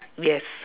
yes